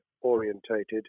orientated